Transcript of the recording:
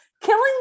killing